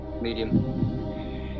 Medium